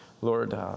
Lord